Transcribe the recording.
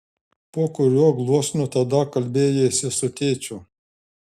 po kuriuo gluosniu tada kalbėjaisi su tėčiu